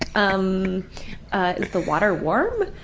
um, ah, is the water warm?